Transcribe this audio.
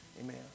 Amen